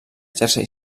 jersey